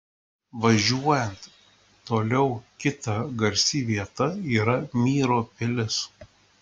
važiuojant toliau kita garsi vieta yra myro pilis